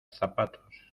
zapatos